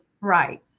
Right